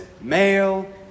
male